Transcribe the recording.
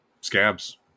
scabs